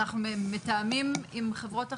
אנחנו מתאמים עם חברות אחרות.